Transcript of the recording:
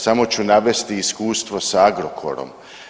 Samo ću navesti iskustvo sa Agrokorom.